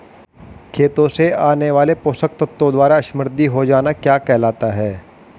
खेतों से आने वाले पोषक तत्वों द्वारा समृद्धि हो जाना क्या कहलाता है?